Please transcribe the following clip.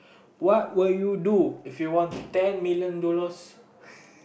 what will you do if you want ten million dollars